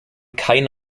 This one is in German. keine